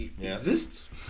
exists